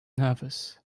nervous